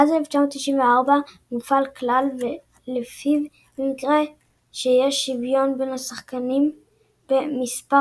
מאז 1994 מופעל כלל ולפיו במקרה שיש שוויון בין שחקנים במספר